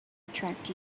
attract